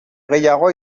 gehiago